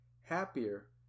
happier